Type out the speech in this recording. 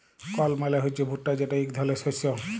কর্ল মালে হছে ভুট্টা যেট ইক ধরলের শস্য